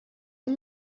and